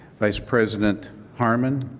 vice president harmon.